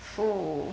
!fuh!